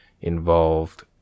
involved